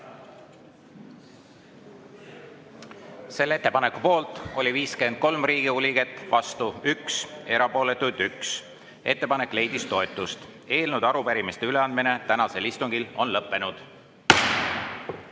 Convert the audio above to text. Selle ettepaneku poolt oli 53 Riigikogu liiget, vastu 1 ja erapooletuid 1. Ettepanek leidis toetust. Eelnõude ja arupärimiste üleandmine tänasel istungil on lõppenud.